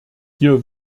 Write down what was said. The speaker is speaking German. hier